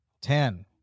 Ten